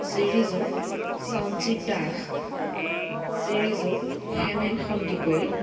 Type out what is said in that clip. Srijut Sanjeev Das Shriyut Hemen Sandikoi